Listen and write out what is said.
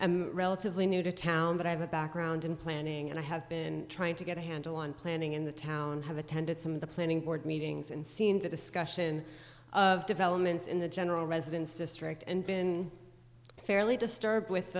am relatively new to town but i have a background in planning and i have been trying to get a handle on planning in the town have attended some of the planning board meetings and seen the discussion of developments in the general residence district and been fairly disturbed with